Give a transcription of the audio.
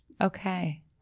Okay